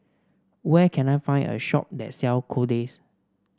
where can I find a shop that sell Kordel's